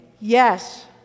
Yes